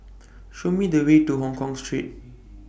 Show Me The Way to Hongkong Street